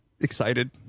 excited